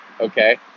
okay